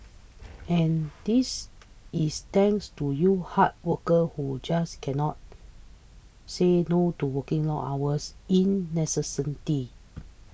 and this is thanks to you hard workers who just cannot say no to working long hours incessantly